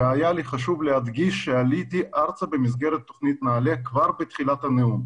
היה לי חשוב להדגיש שעליתי ארצה במסגרת תוכנית נעל"ה כבר בתחילת הנאום.